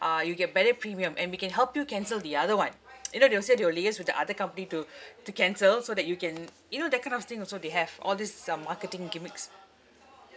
uh you get better premium and we can help you cancel the other one you know they will say they will liaise with the other company to to cancel so that you can you know that kind of thing also they have all these um marketing gimmicks